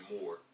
more